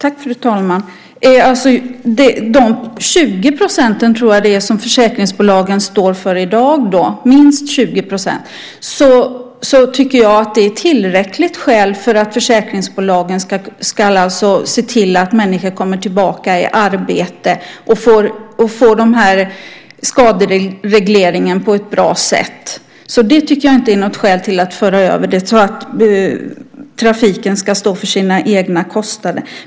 Fru talman! De minst 20 % som försäkringsbolagen står för i dag är tillräckligt skäl för att försäkringsbolagen ska se till att människor kommer tillbaka i arbete och får skaderegleringen på ett bra sätt. Det tycker jag inte är något skäl till att föra över det så att trafiken ska stå för egna kostnader.